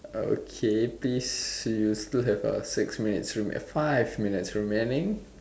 okay please you still have uh six minutes remaining five minutes remaining